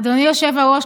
אדוני היושב-ראש,